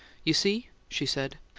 you see? she said.